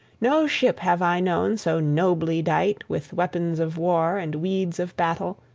no ship have i known so nobly dight with weapons of war and weeds of battle,